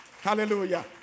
Hallelujah